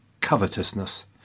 covetousness